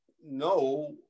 no